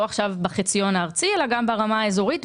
לא עכשיו בחציון הארצי אלא גם ברמה האזורית.